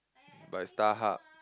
by StarHub